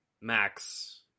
Max